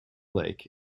lake